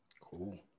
cool